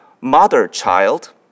mother-child